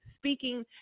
Speaking